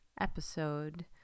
episode